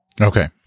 Okay